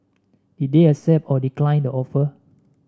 they did accept or decline the offer